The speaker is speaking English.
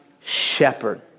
shepherd